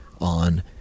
On